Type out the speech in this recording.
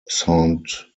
saint